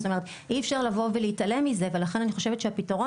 זאת אומרת אי אפשר לבוא ולהתעלם מזה ולכן אני חושבת שהפתרון